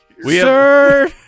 sir